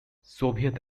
soviet